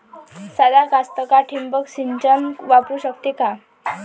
सादा कास्तकार ठिंबक सिंचन वापरू शकते का?